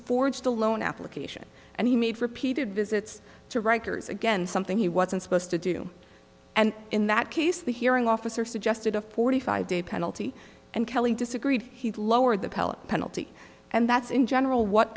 forged a loan application and he made repeated visits to rikers again something he wasn't supposed to do and in that case the hearing officer suggested a forty five day penalty and kelly disagreed he lowered the pellet penalty and that's in general what